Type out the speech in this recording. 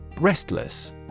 Restless